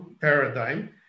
paradigm